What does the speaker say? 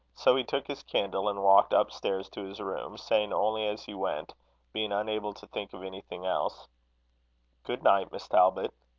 so he took his candle and walked up-stairs to his room, saying only as he went being unable to think of anything else good night, miss talbot.